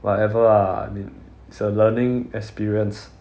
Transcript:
whatever ah I mean it's a learning experience